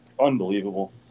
unbelievable